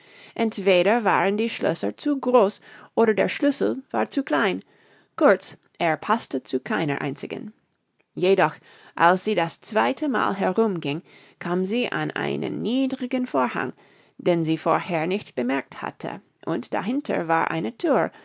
entweder waren die schlösser zu groß oder der schlüssel war zu klein kurz er paßte zu keiner einzigen jedoch als sie das zweite mal herum ging kam sie an einen niedrigen vorhang den sie vorher nicht bemerkt hatte und dahinter war eine thür